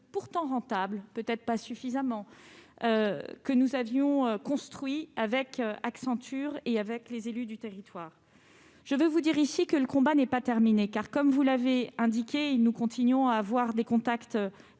pourtant rentable, mais peut-être pas suffisamment, que nous avions construit avec Accenture et les élus du territoire. Je veux vous le dire : le combat n'est pas terminé. Comme vous l'avez indiqué, nous continuons à avoir des contacts étroits